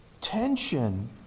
tension